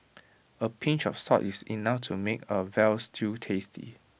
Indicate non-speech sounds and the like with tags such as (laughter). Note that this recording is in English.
(noise) A pinch of salt is enough to make A Veal Stew tasty